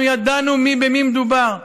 אנחנו ידענו במי מדובר.